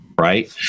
right